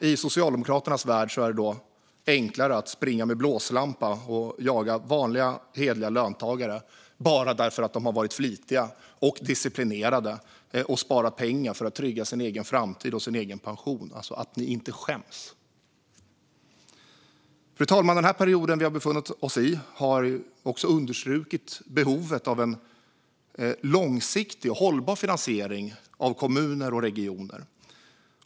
I Socialdemokraternas värld är det dock enklare att springa med blåslampa och jaga vanliga hederliga löntagare bara för att de har varit flitiga och disciplinerade och sparat pengar för att trygga sin egen framtid och sin egen pension. Att ni inte skäms! Fru talman! Den period vi har befunnit oss i har också understrukit behovet av en långsiktig och hållbar finansiering av kommuner och regioner.